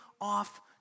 off